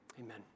Amen